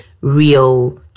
real